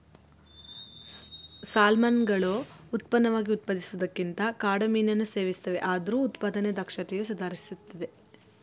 ಸಾಲ್ಮನ್ಗಳು ಉತ್ಪನ್ನವಾಗಿ ಉತ್ಪಾದಿಸುವುದಕ್ಕಿಂತ ಕಾಡು ಮೀನನ್ನು ಸೇವಿಸ್ತವೆ ಆದ್ರೂ ಉತ್ಪಾದನೆ ದಕ್ಷತೆಯು ಸುಧಾರಿಸ್ತಿದೆ